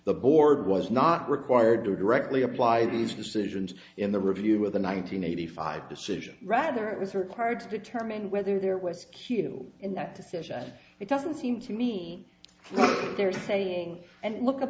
the board was not required to directly apply these decisions in the review of the one nine hundred eighty five decision rather it was required to determine whether there was q in that decision it doesn't seem to me they're saying and look